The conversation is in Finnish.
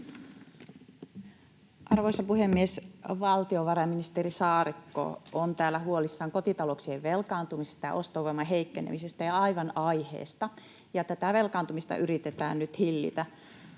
Arvoisa puhemies! Valtiovarainministeri Saarikko on täällä huolissaan kotitalouksien velkaantumisesta ja ostovoiman heikkenemisestä — ja aivan aiheesta. Tätä velkaantumista yritetään nyt hillitä,